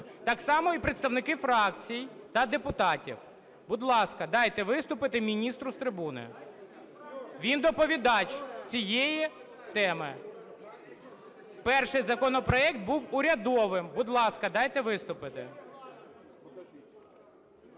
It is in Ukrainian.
Так само і представники фракцій та депутатів. Будь ласка, дайте виступити міністру з трибуни. Він – доповідач з цієї теми. Перший законопроект був урядовим, будь ласка, дайте виступити.